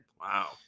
Wow